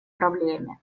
проблеме